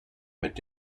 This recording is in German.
mit